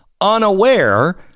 unaware